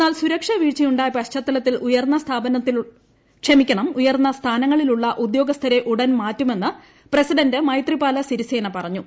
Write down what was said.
എന്നാൽ സുരക്ഷാ വീഴ്ചയുണ്ടായ പശ്ചാത്തലത്തിൽ ഉയർന്ന സ്ഥാനങ്ങളിലുള്ള ഉദ്യോഗസ്ഥരെ ഉടൻ മാറ്റുമെന്ന് പ്രസിഡന്റ് മൈത്രിപാല സിരിസേന പറഞ്ഞു